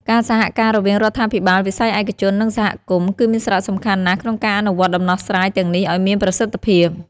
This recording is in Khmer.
ការសហការរវាងរដ្ឋាភិបាល វិស័យឯកជន និងសហគមន៍ គឺមានសារៈសំខាន់ណាស់ក្នុងការអនុវត្តដំណោះស្រាយទាំងនេះឲ្យមានប្រសិទ្ធភាព។